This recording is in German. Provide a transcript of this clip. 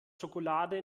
schokolade